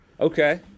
Okay